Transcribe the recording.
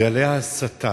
גלי ההסתה,